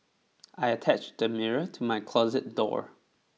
I attached the mirror to my closet door